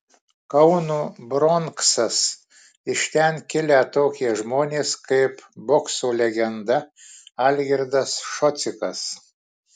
kauno bronksas iš ten kilę tokie žmonės kaip bokso legenda algirdas šocikas